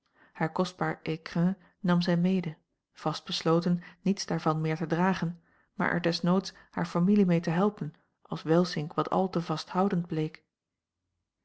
haar kostbaar écrin nam zij mede vast besloten niets daarvan meer te dragen maar er desnoods hare familie mee te helpen als welsink wat al te vasthoudend bleek